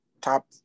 top